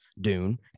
Dune